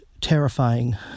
terrifying